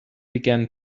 began